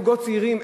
זוגות צעירים,